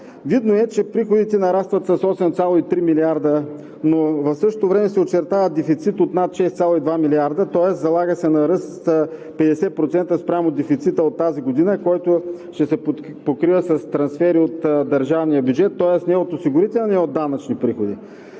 Видно е, че приходите нарастват с 8,3 млрд. лв., но в същото време се очертава дефицит от над 6,2 млрд. лв., тоест залага се на ръст от 50% спрямо дефицита от тази година, който ще се покрива с трансфери от държавния бюджет, тоест не от осигурителни, а от данъчни приходи.